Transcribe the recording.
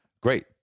great